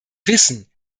wissen